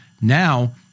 now